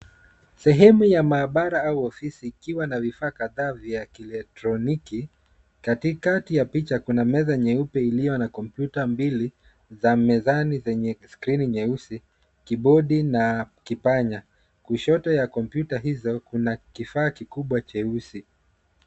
Sehemu ya maabara au ofisi ikiwa na vifaa kadhaa vya kielektroniki. Katikati ya picha kuna meza nyeupe iliyo na kompyuta mbili za mezani zenye skrini nyeusi, kibodi na kipanya. Kushoto ya kompyuta hizo kuna kifaa kikubwa cheusi.